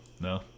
No